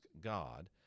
God